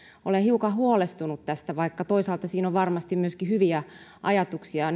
olen hiukan huolestunut tästä vaikka toisaalta siinä on varmasti myöskin hyviä ajatuksia